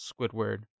Squidward